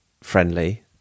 friendly